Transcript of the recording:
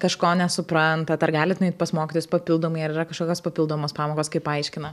kažko nesuprantat ar galit nueit pas mokytojus papildomai ar yra kažkokios papildomos pamokos kaip aiškina